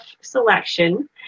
selection